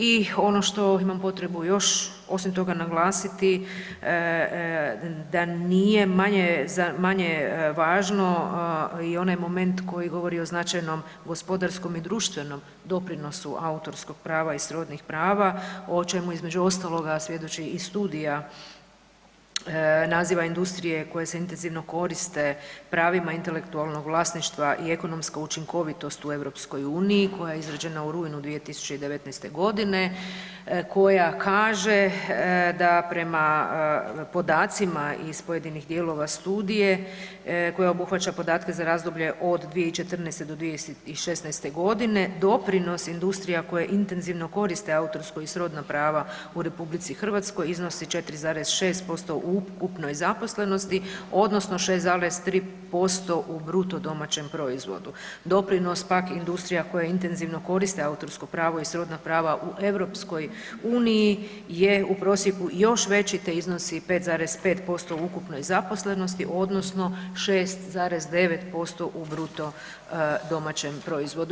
I ono što imam potrebu još osim toga naglasiti da nije manje važno i onaj moment koji govori o značajnom gospodarskom i društvenom doprinosu autorskog prava i srodnih prava o čemu između ostaloga svjedoči i studija naziva industrije koje se intenzivno koriste pravima intelektualnog vlasništva i ekonomska učinkovitost u EU koja je izrađena u rujnu 2019.g., koja kaže da prema podacima iz pojedinih dijelova studije koja obuhvaća podatke za razdoblje od 2014.do 2016.g. doprinos industrija koje intenzivno koriste autorsko i srodna prava u RH iznosi 4,6% u ukupnoj zaposlenosti odnosno 6,3% u BDP-u, doprinos pak industrija koje intenzivno koriste autorsko pravo i srodna prava u EU je u prosjeku još veći te iznosi 5,5% u ukupnoj zaposlenosti odnosno 6,9% u bruto domaćem proizvodu.